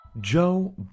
Joe